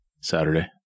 Saturday